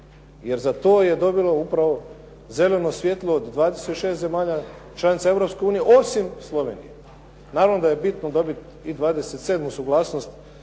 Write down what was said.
jer za to je dobila upravo zeleno svjetlo od 26 zemalja članica Europske unije osim Slovenije. Naravno da je bitno dobiti i 27 suglasnost